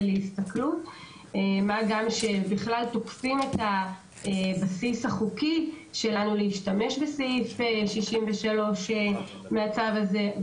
מה גם שבכלל תוקפים את הבסיס החוקי שלנו להשתמש בסעיף 63 מהצו הזה.